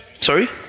Sorry